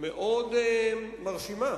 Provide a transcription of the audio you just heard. מאוד מרשימה